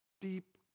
deep